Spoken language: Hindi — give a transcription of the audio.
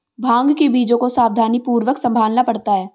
भांग के बीजों को सावधानीपूर्वक संभालना पड़ता है